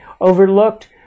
overlooked